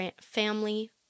family